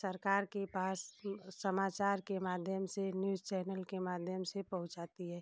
सरकार के पास समाचार के माध्यम से न्यूज़ चैनल के माध्यम से पहुँचाती है